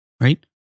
right